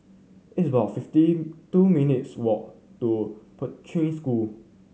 it's about fifty two minutes' walk to Poi Ching School